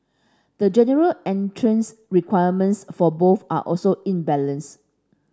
the general entrance requirements for both are also imbalanced